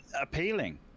appealing